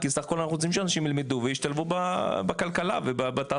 כי בסך כל אנחנו רוצים שאנשים ילמדו וישתלבו בכלכלה ובתעסוקה.